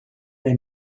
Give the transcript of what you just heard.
they